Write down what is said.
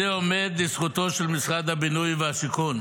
זה עומד לזכותו של משרד הבינוי והשיכון.